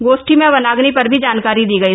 गोष्ठी में वनाम्नि पर भी जानकारी दी गयी